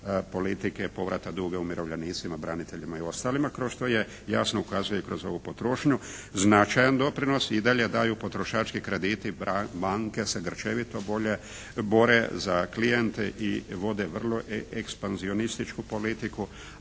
politike povrata duga umirovljenicima, braniteljima i ostalima kao što jasno ukazuje i kroz ovu potrošnju, značajan doprinos i dalje daju potrošački krediti, banke se grčevito bore za klijente i vode ekspanzionističku politiku,